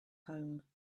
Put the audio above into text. home